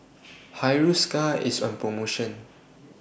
Hiruscar IS on promotion